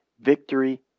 Victory